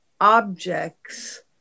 objects